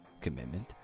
commitment